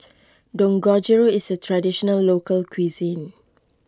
Dangojiru is a Traditional Local Cuisine